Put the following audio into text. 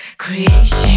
Creation